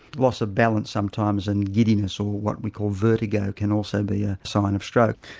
loss of balance sometimes and giddiness or what we call vertigo can also be a sign of stroke.